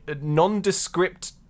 nondescript